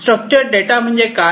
structured data म्हणजे काय